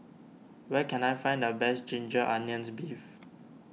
where can I find the Best Ginger Onions Beef